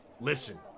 Listen